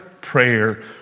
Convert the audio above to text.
prayer